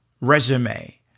resume